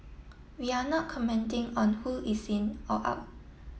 we are not commenting on who is in or out